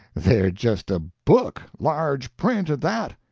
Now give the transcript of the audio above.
they're just a book large print at that.